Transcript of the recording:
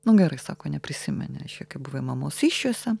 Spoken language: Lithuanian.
nu gerai sako neprisimeni kaip buvai mamos įsčiose